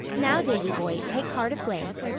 now, davy-boy, take heart of grace.